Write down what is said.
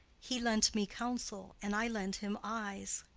he lent me counsel, and i lent him eyes.